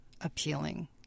appealing